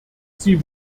sie